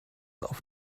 auf